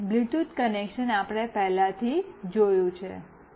અને Bluetooth connection આપણે પહેલાથી જોયું છે